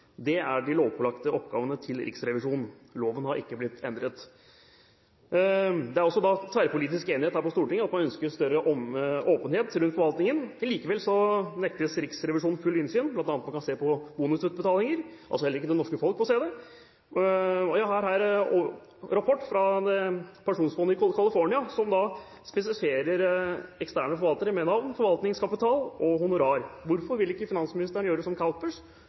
Det er de lovpålagte oppgavene til Riksrevisjonen. Loven har ikke blitt endret. Det er også tverrpolitisk enighet her på Stortinget om at man ønsker større åpenhet rundt forvaltningen. Likevel nektes Riksrevisjonen fullt innsyn, bl.a. for å se på bonusutbetalinger – heller ikke det norske folk får se det. Jeg har her en rapport fra pensjonsfondet i California, som spesifiserer eksterne forvaltere med navn, forvaltningskapital og honorar. Hvorfor vil ikke finansministeren gjøre det som